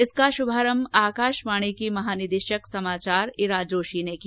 इसकी शुरूआत आकाशवाणी की महानिदेशक समाचार इरा जोशी ने की